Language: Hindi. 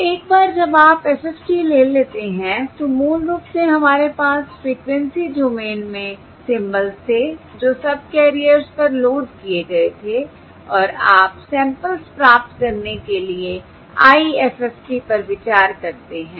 तो एक बार जब आप FFT ले लेते हैं तो मूल रूप से हमारे पास फ्रिकवेंसी डोमेन में सिंबल्स थे जो सबकैरियर्स पर लोड किए गए थे और आप सैंपल्स प्राप्त करने के लिए IFFT पर विचार करते हैं